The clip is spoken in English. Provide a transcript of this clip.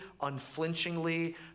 unflinchingly